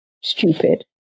stupid